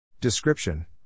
Description